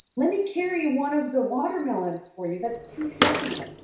let me carry one of the watermelons for you. that's too heavy.